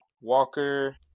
Walker